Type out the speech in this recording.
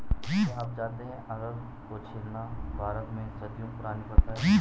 क्या आप जानते है अरहर को छीलना भारत में सदियों पुरानी प्रथा है?